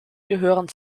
gehören